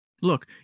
Look